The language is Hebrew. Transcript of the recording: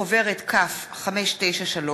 בחוברת כ/593,